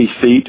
feet